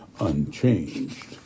unchanged